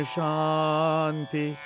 Shanti